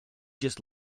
just